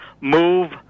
move